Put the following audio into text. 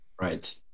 Right